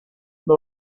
the